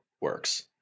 works